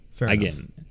again